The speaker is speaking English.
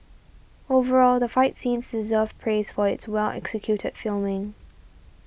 overall the fight scenes deserve praise for its well executed filming